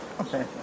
Okay